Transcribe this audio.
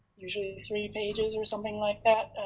usually three pages or something like that,